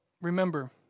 remember